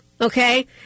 okay